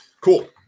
Cool